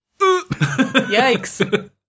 Yikes